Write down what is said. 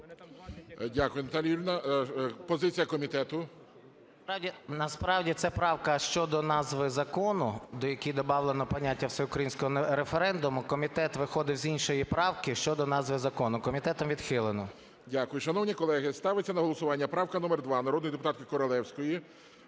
Дякую, Наталія Юріївна. Позиція комітету. 13:38:58 СОЛЬСЬКИЙ М.Т. Насправді ця правка щодо назви закону до якого добавлено поняття всеукраїнського референдуму. Комітет виходив з іншої правки щодо назви закону. Комітетом відхилено. ГОЛОВУЮЧИЙ. Дякую. Шановні колеги, ставиться на голосування правка номер 2 народної депутатки Королевської.